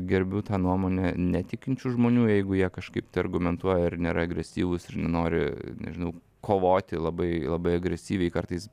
gerbiu tą nuomonę netikinčių žmonių jeigu jie kažkaip tai argumentuoja ir nėra agresyvūs nori nežinau kovoti labai labai agresyviai kartais